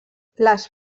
les